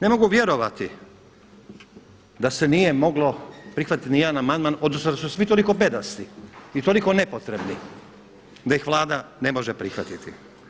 Ne mogu vjerovati da se nije moglo prihvatiti nijedan amandman, odnosno da su svi toliko bedasti i toliko nepotrebni da ih Vlada ne može prihvatiti.